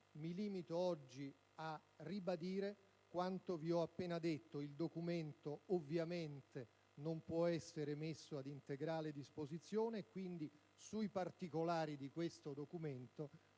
mi limito oggi a ribadire quanto vi ho appena detto. Il documento ovviamente non può essere messo ad integrale disposizione, e quindi sui particolari di questo documento